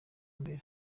mbere